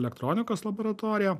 elektronikos laboratorija